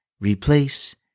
replace